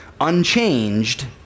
unchanged